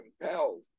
compelled